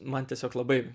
man tiesiog labai